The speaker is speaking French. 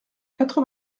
quatre